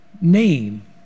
name